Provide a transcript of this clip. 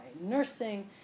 nursing